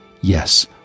Yes